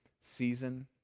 season